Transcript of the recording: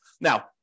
Now